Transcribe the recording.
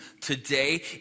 today